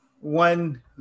one